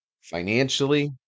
financially